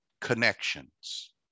connections